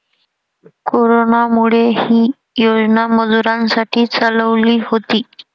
कोरोनामुळे, ही योजना मजुरांसाठी चालवली होती